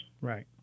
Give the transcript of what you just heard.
Right